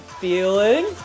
feeling